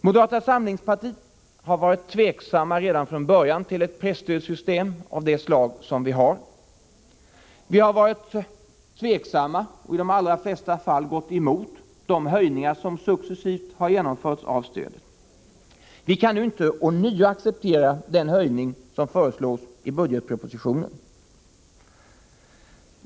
Moderata samlingspartiet var redan från början negativt till ett presstödssystem av detta slag. Vi har i de flesta fall gått emot de höjningar av stödet som successivt har genomförts. Vi kan inte acceptera den höjning av stödet som nu föreslås i propositionen.